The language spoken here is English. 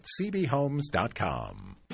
cbhomes.com